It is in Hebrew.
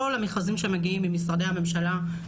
כל המכרזים שמגיעים ממשרדי הממשלה,